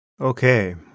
Okay